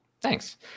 Thanks